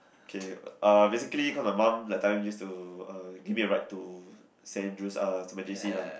okay uh basically because my mum that time used to uh give me a ride to Saint Andrew's uh to my j_c lah